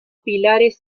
pilares